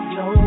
no